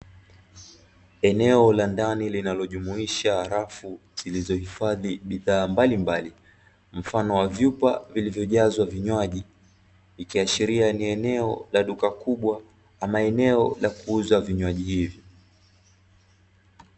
Eneo la ndani linalojumuisha rafu zilizohifadhi bidhaa mbalimbali, mfano wa vyupa vilivyojazwa vinywaji. Ikiashiria ni eneo la duka kubwa ama eneo la kuuza vinywaji hivi.